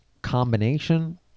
Combination